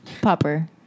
Popper